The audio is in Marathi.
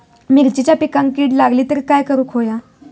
मिरचीच्या पिकांक कीड लागली तर काय करुक होया?